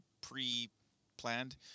pre-planned